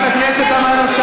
חברת הכנסת תמנו,